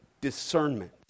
discernment